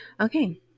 Okay